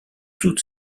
toutes